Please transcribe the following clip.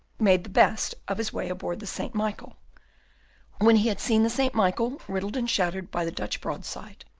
made the best of his way aboard the saint michael when he had seen the saint michael, riddled and shattered by the dutch broadside,